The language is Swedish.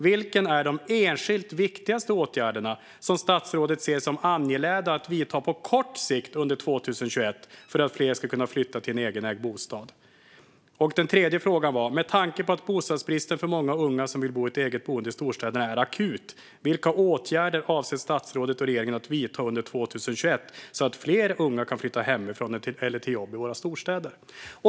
Vilka är de enskilt viktigaste åtgärderna som statsrådet ser som angelägna att vidta på kort sikt under 2021 för att fler ska kunna flytta till en egenägd bostad? Med tanke på att bostadsbristen för många unga som vill bo i eget boende i storstäderna är akut, vilka åtgärder avser statsrådet och regeringen att vidta under 2021 så att fler unga kan flytta hemifrån eller till jobb i våra storstäder?